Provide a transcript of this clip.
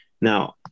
Now